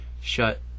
shut